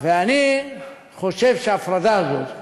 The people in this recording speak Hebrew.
צריך להביא